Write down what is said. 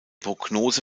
prognose